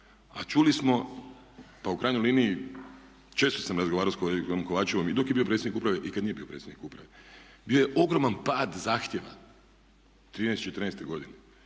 a čuli smo, pa u krajnjoj liniji često sam razgovarao sa kolegom Kovačevom i dok je bio predsjednik uprave i kada nije bio predsjednik uprave. Bio je ogroman pad zahtjeva, '13.-te, '14.-te godine